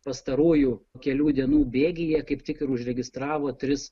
pastarųjų kelių dienų bėgyje kaip tik ir užregistravo tris